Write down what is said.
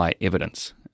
evidence